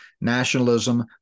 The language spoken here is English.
nationalism